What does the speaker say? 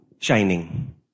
shining